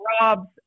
Rob's